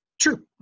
True